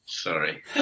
sorry